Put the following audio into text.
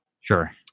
Sure